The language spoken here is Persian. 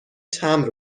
تمبر